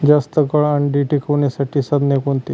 जास्त काळ अंडी टिकवण्यासाठी साधने कोणती?